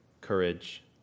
courage